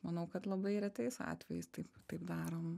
manau kad labai retais atvejais taip taip daroma